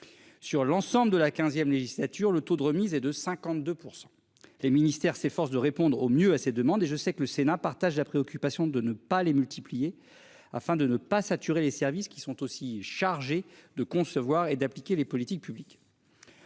Sur l'ensemble de la XVe législature, le taux de remise et de 52% les ministères s'efforce de répondre au mieux à ces demandes et je sais que le Sénat partage la préoccupation de ne pas les multiplier, afin de ne pas saturer les services qui sont aussi chargés de concevoir et d'appliquer les politiques publiques.